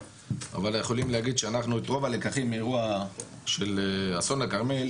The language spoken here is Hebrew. אבל יכולים להגיד שאנחנו את רוב הלקחים מהאירוע של אסון הכרמל